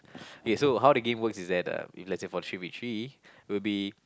K so how the games works is that uh if let's say three v three it would be